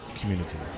community